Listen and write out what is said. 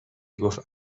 گفت